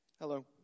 hello